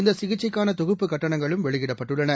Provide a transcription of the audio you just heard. இந்த சிகிச்சைக்கான தொகுப்பு கட்டணங்களும் வெளியிடப்பட்டுள்ளன